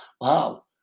Wow